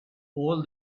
all